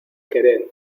querer